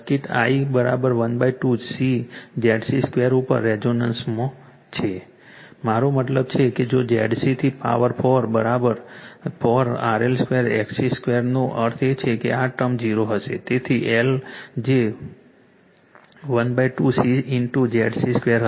circuit l 12 C ZC 2 ઉપર રેઝોનન્સમાં છે મારો મતલબ કે જો ZC 4 4 RL 2 XC 2 નો અર્થ છે કે આ ટર્મ 0 હશે તેથી L જે 12 C ઇન્ટુ ZC 2 હશે